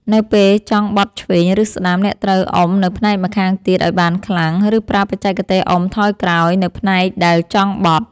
នៅពេលចង់បត់ឆ្វេង ឬស្ដាំ អ្នកត្រូវអុំនៅផ្នែកម្ខាងទៀតឱ្យបានខ្លាំង ឬប្រើបច្ចេកទេសអុំថយក្រោយនៅផ្នែកដែលចង់បត់។